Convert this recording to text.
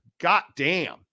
goddamn